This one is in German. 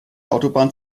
autobahn